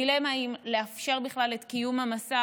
הדילמה היא אם לאפשר בכלל את קיום המסע